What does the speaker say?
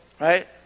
right